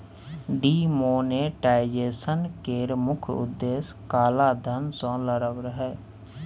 demonetisation केर मुख्य उद्देश्य काला धन सँ लड़ब रहय